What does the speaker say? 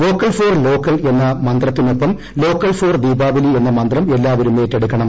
vocal for local എന്ന മന്ത്രത്തിനൊപ്പം local for Deepavali എന്ന മന്ത്രം എല്ലാവരും ഏറ്റെടുക്കണം